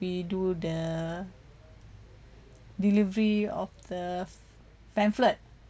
we do the delivery of the pamphlet